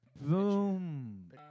Boom